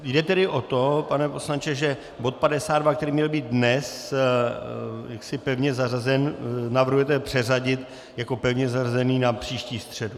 Jde tedy o to, pane poslanče, že bod 52, který měl být dnes pevně zařazen, navrhujete přeřadit jako pevně zařazený na příští středu.